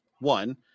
One